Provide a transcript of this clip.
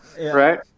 right